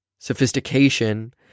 sophistication